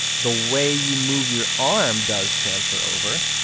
the way you move your arm does transfer over,